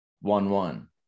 one-one